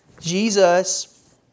Jesus